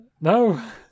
No